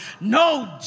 no